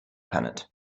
planet